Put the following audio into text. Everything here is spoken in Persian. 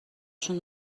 شون